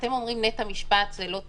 אתם אומרים שנט"ע משפט זה לא טוב,